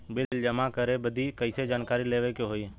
Bill जमा करे बदी कैसे जानकारी लेवे के होई?